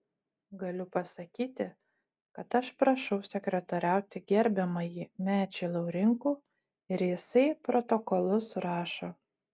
galiu pasakyti kad aš prašau sekretoriauti gerbiamąjį mečį laurinkų ir jisai protokolus rašo